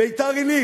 ביתר-עילית,